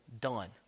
done